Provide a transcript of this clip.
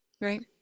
right